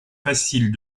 facile